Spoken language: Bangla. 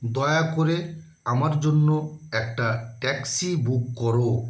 দয়া করে আমার জন্য একটা ট্যাক্সি বুক করো